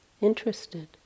interested